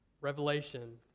Revelation